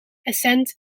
essent